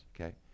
okay